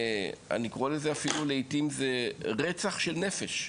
אפילו לעיתים זה רצח של נפש.